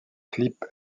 clip